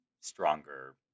stronger